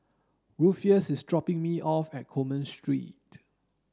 rufus is dropping me off at Coleman Street